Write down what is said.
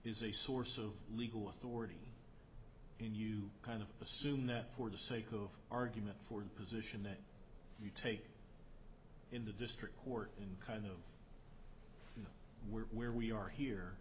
is a source of legal authority and you kind of assume that for the sake of argument for the position that you take in the district court kind of where we are here